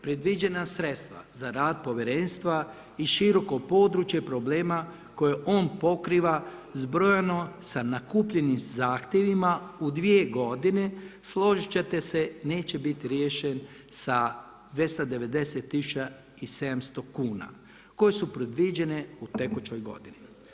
Predviđena sredstva za rad Povjerenstva i široko područje problema koje on pokriva zbrojeno sa nakupljenim zahtjevima u dvije godine složit ćete se neće biti riješen sa 290 tisuća i 700 kuna koje su predviđene u tekućoj godini.